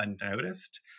unnoticed